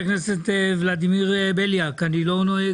חשבו ששכחת תלמודך בשנה וחצי הזאת, אבל באת ערני.